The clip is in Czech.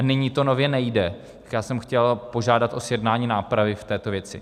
Nyní to nově nejde, tak jsem chtěl požádat o sjednání nápravy v této věci.